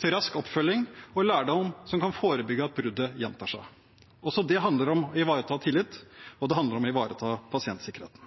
til rask oppfølging og lærdom som kan forebygge at bruddet gjentar seg. Også det handler om å ivareta tillit, og det handler om å ivareta pasientsikkerheten.